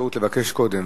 לבקש קודם,